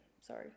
sorry